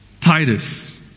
Titus